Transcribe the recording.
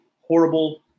horrible